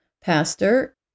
pastor